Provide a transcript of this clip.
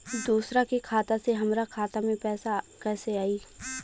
दूसरा के खाता से हमरा खाता में पैसा कैसे आई?